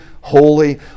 holy